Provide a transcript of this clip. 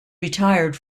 retired